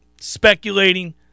speculating